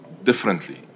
differently